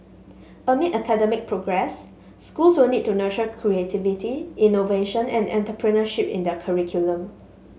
amid academic progress schools will need to nurture creativity innovation and entrepreneurship in their curriculum